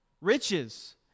riches